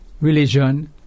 religion